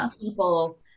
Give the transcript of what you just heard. people